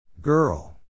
Girl